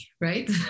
right